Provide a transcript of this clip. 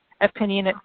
opinion